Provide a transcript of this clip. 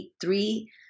three